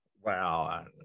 Wow